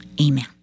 amen